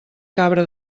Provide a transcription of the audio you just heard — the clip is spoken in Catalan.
cabra